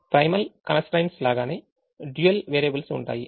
Primal constraints లాగానే dual variables ఉంటాయి